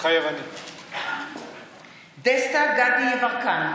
מתחייב אני דסטה גדי יברקן,